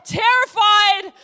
terrified